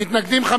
55 מתנגדים,